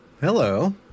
Hello